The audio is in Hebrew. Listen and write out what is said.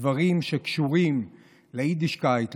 הדברים שקשורים ליידישקייט,